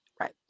right